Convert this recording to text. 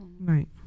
right